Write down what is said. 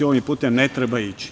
Ovim putem ne treba ići.